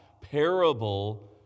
parable